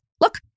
Look